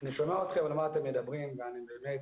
אני שומע אתכם על מה אתם מדברים ואני באמת